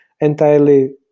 entirely